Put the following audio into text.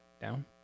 down